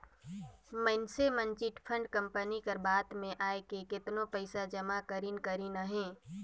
मइनसे मन chit fund company कर बात में आएके केतनो पइसा जमा करिन करिन अहें